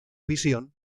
visión